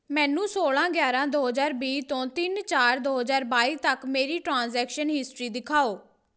ਮੈਨੂੰ ਸੋਲ੍ਹਾਂ ਗਿਆਰਾਂ ਦੋ ਹਜ਼ਾਰ ਵੀਹ ਤੋਂ ਤਿੰਨ ਚਾਰ ਦੋ ਹਜ਼ਾਰ ਬਾਈ ਤੱਕ ਮੇਰੀ ਟ੍ਰਾਂਜੈਕਸ਼ਨ ਹਿਸਟਰੀ ਦਿਖਾਓ